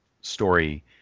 story